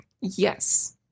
Yes